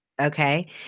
okay